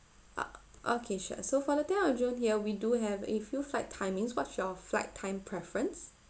ah okay sure so for the tenth of june here we do have a few flight timings what's your flight time preference